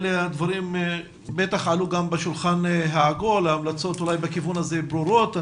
הדברים האלה בטח עלו גם בשולחן העגול וההמלצות בכיוון הזה אולי ברורות.